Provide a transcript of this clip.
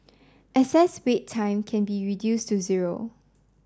excess Wait Time can be reduced to zero